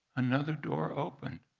another door opened.